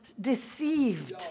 deceived